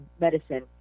medicine